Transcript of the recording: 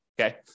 Okay